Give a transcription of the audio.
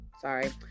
sorry